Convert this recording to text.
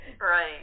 Right